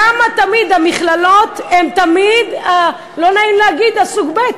למה תמיד המכללות הן תמיד, לא נעים להגיד, סוג ב'?